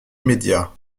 média